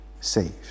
saved